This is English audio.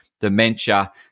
dementia